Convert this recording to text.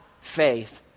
faith